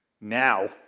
now